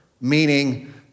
meaning